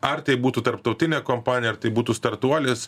ar tai būtų tarptautinė kompanija ar tai būtų startuolis